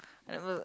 at first